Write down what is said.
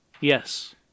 Yes